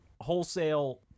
wholesale